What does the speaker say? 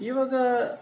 ಇವಾಗ